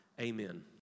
amen